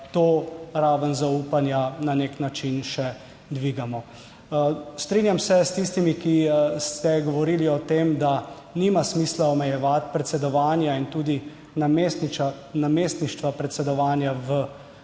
to raven zaupanja na nek način še dvigamo. Strinjam se s tistimi, ki ste govorili o tem, da nima smisla omejevati predsedovanja in tudi namestništva predsedovanja v volilnih